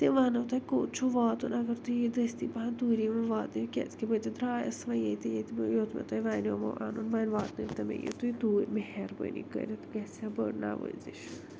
تِم وَننو تۄہہِ کوٚت چھو واتُن اگر تُہۍ یِیِو دستی پَہَن توٗری واتنٲیِو کیازکہ بہٕ تہِ درایَس وۄنۍ ییٚتہِ یوٚت مےٚ تۄہہِ وَنیومو اَنُن وۄنۍ واتنٲوتو مےٚ یہِ تُہۍ توٗرۍ مہربٲنی کٔرِتھ گَژھِ ہا بٔڑ نَوٲزِش